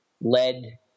lead